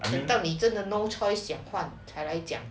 等到你真的 no choice 也换才来讲